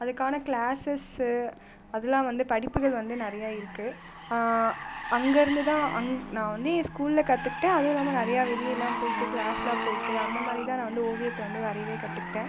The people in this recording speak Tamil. அதுக்கான க்ளாஸஸு அதெலாம் வந்து படிப்புகள் வந்து நிறையா இருக்குது அங்கேருந்து தான் அங் நான் வந்து என் ஸ்கூலில் கற்றுக்கிட்டேன் அதுவும் இல்லாமல் நிறையா வெளியெலாம் போயிட்டு கிளாஸ்லாம் போயிட்டு அந்தமாதிரி தான் நான் வந்து ஓவியத்தை வந்து வரையவே கற்றுக்ட்ட